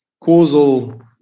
causal